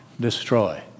destroy